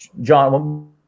John